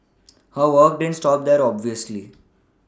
her work didn't stop there obviously